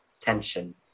tension